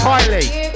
Kylie